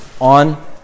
on